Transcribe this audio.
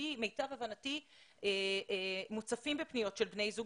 לפי מיטב הבנתי מוצפים בפניות של בני זוג